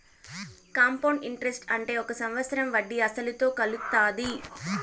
compound interest అంటే ఒక సంవత్సరం వడ్డీ అసలుతో కలుత్తాది